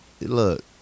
look